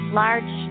large